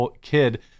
kid